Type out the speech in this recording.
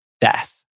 death